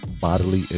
Bodily